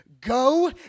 go